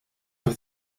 with